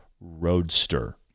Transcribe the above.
Roadster